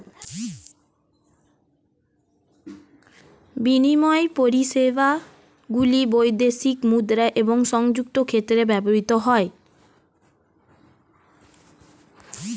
বিনিময় পরিষেবাগুলি বৈদেশিক মুদ্রা এবং সংযুক্ত ক্ষেত্রে ব্যবহৃত হয়